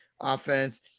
offense